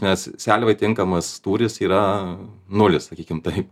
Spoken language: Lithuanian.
nes seliavai tinkamas tūris yra nulis sakykim taip